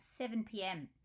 7pm